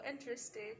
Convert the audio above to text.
interesting